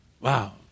Wow